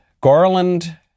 Garland